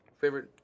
Favorite